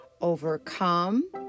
overcome